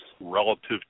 relative